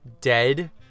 dead